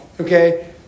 okay